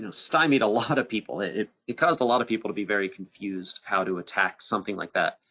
you know stymied a lot of people. it it caused a lot of people to be very confused, how to attack something like that.